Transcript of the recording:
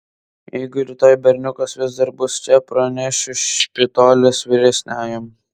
jeigu rytoj berniukas vis dar bus čia pranešiu špitolės vyresniajam